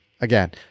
again